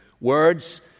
Words